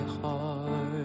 heart